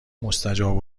مستجاب